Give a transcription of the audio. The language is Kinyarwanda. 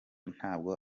ntabwo